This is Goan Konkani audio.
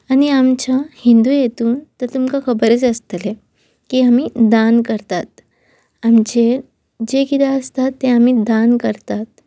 आनी आमच्या हिंदू हेतून तर तुमकां खबरच आसतले की आमी दान करतात आमचे जे कितें आसता तें आमी दान करतात